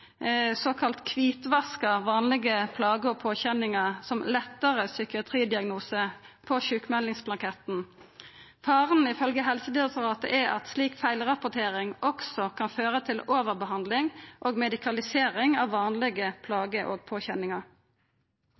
såkalla kvitvaskar vanlege plager og påkjenningar som lettare psykiatridiagnose på sjukmeldingsblanketten. Faren er ifølgje Helsedirektoratet at slik feilrapportering også kan føra til overbehandling og medikalisering av vanlege plager og påkjenningar.